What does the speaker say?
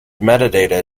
metadata